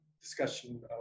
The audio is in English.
discussion